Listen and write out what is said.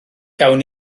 gawn